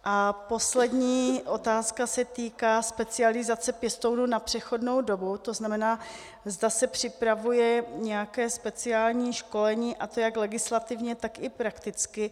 A poslední otázka se týká specializace pěstounů na přechodnou dobu, tedy zda se připravuje nějaké speciální školení, a to jak legislativně, tak i prakticky.